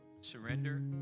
surrender